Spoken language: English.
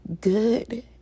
good